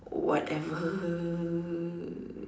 whatever